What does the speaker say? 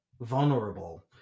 vulnerable